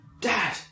Dad